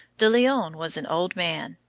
de leon was an old man,